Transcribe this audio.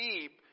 deep